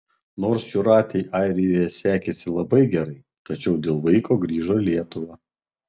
nors jūratei airijoje sekėsi labai gerai tačiau dėl vaiko grįžo į lietuvą